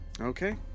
okay